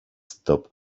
stop